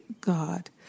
God